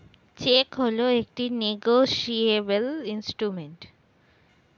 check হল একটি negotiable instrument